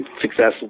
successful